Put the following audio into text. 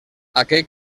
aquell